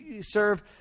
serve